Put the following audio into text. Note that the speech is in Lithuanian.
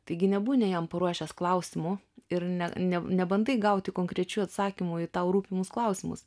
taigi nebūni jiem paruošęs klausimų ir ne ne nebandai gauti konkrečių atsakymų į tau rūpimus klausimus